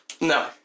No